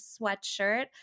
sweatshirt